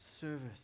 Service